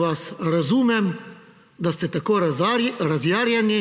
vas, da ste tako razjarjeni